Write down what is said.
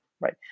right